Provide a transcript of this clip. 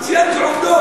ציינתי עובדות.